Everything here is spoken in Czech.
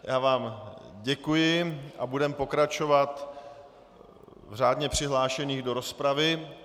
Já vám děkuji a budeme pokračovat v řádně přihlášených do rozpravy.